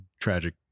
tragic